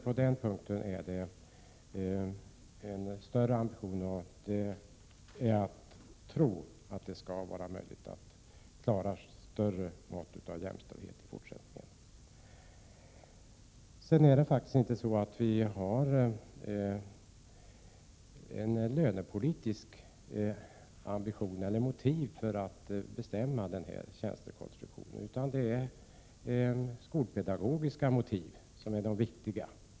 På den punkten har vi en större ambition, och vi tror att det skall bli möjligt att åstadkomma ett större mått av jämdställdhet i fortsättningen. Vi har faktiskt inte något lönepolitiskt motiv för att bestämma denna tjänstekonstruktion, utan det är de skolpedagogiska motiven som är de viktiga.